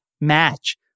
match